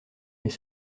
mais